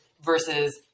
versus